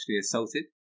assaulted